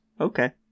Okay